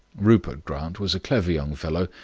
rupert grant was a clever young fellow,